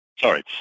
sorry